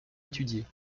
étudier